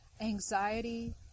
anxiety